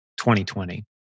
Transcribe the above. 2020